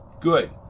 Good